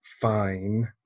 fine